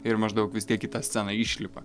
ir maždaug vis tiek į tą sceną išlipa